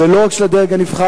ולא רק של הדרג הנבחר.